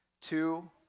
Two